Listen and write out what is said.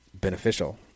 beneficial